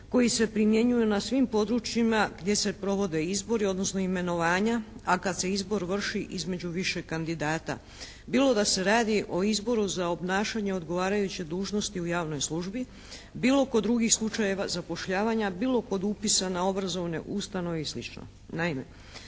koji se primjenjuju na svim područjima gdje se provode izbori odnosno imenovanja a kad se izbor vrši između više kandidata, bilo da se radi o izboru za obnašanje odgovarajuće dužnosti u javnoj službi, bilo kod drugih slučajeva zapošljavanja, bilo kod upisa na obrazovne ustanove i slično. Naime,